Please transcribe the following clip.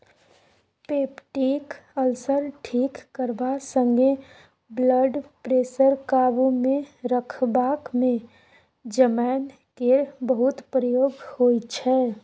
peptic ulcer ठीक करबा संगे ब्लडप्रेशर काबुमे रखबाक मे जमैन केर बहुत प्रयोग होइ छै